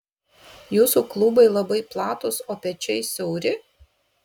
jūsų klubai labai platūs o pečiai siauri